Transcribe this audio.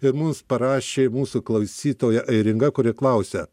ir mums parašė mūsų klausytoja airinga kuri klausia